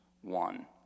one